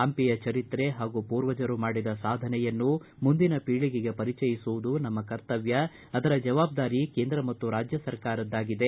ಪಂಪಿಯ ಚರಿತ್ರೆ ಹಾಗೂ ಪೂರ್ವಜರು ಮಾಡಿದ ಸಾಧನೆಯನ್ನು ಮುಂದಿನ ಪೀಳಗೆಗೆ ಪರಿಚಯಿಸುವುದು ನಮ್ಮ ಕರ್ತವ್ಯ ಅದರ ಜವಾಬ್ದಾರಿ ಕೇಂದ್ರ ಮತ್ತು ರಾಜ್ಯ ಸರ್ಕಾರದ್ದಾಗಿದೆ